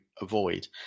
avoid